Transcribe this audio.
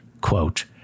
Quote